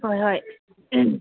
ꯍꯣꯏ ꯍꯣꯏ